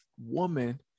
woman